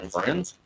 friends